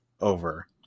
over